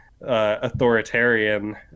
authoritarian